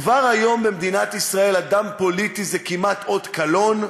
כבר היום במדינת ישראל "אדם פוליטי" זה כמעט אות קלון,